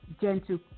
gentle